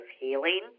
healing